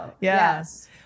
Yes